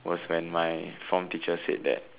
was when my form teacher said that